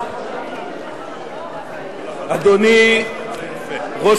אדוני ראש